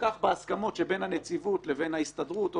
כך בהסכמות שבין הנציבות לבין ההסתדרות או